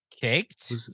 Kicked